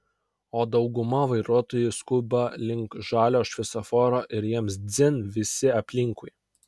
o dauguma vairuotojų skuba link žalio šviesoforo ir jiems dzin visi aplinkui